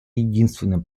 единственным